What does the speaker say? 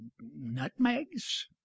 nutmegs